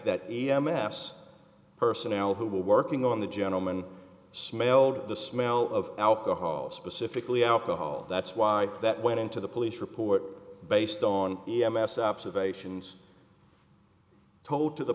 that e m s personnel who were working on the gentleman smelled the smell of alcohol specifically alcohol that's why that went into the police report based on b m s observations told to the